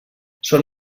són